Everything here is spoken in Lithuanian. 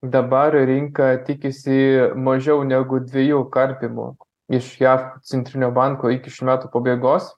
dabar rinka tikisi mažiau negu dvejų karpymų iš jav centrinio banko iki šių metų pabaigos